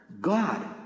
God